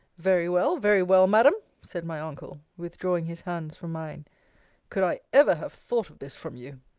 very well, very well, madam! said my uncle, withdrawing his hands from mine could i ever have thought of this from you?